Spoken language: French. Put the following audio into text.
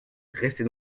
restez